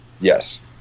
Yes